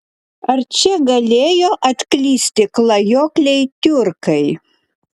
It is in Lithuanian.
ar čia galėjo atklysti klajokliai tiurkai